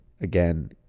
again